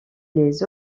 les